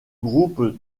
groupe